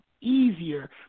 easier